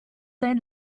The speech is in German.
dein